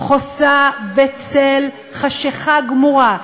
חוסה בצל חשכה גמורה,